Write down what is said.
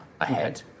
ahead